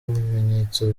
ibimenyetso